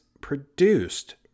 produced